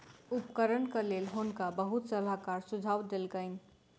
उपकरणक लेल हुनका बहुत सलाहकार सुझाव देलकैन